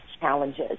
challenges